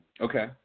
Okay